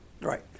Right